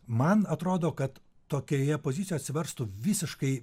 man atrodo kad tokioje pozicijoje atsiverstų visiškai